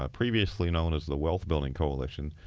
ah previously known as the wealth building coalition.